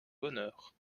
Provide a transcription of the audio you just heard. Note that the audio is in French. bonheur